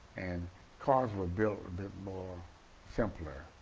and cars were built built more simpler,